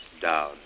down